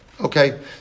Okay